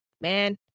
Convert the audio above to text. Man